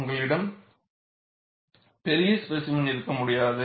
உங்களிடம் பெரிய ஸ்பேசிமென் இருக்க முடியாது